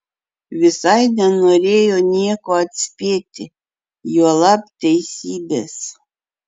visai nenorėjo nieko atspėti juolab teisybės